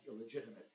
illegitimate